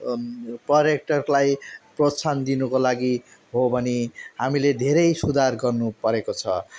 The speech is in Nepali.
पर्यटकलाई प्रोत्साहन दिनको लागि हो भने हामीले धेरै सुधार गर्नुपरेको छ